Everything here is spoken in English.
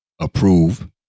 approve